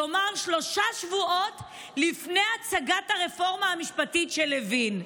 כלומר שלושה שבועות לפני הצגת הרפורמה המשפטית של לוין.